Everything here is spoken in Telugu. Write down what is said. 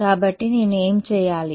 కాబట్టి నేను ఏమి చేయాలి